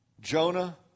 Jonah